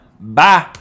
bye